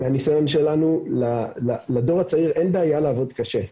מהניסיון שלנו, לדור הצעיר אין בעיה לעבוד קשה.